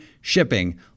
shipping